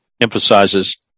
emphasizes